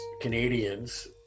canadians